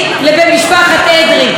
איזו טיפשות,